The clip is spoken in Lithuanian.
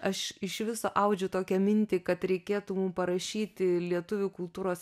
aš iš viso audžiu tokią mintį kad reikėtų mum parašyti lietuvių kultūros